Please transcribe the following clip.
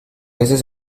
veces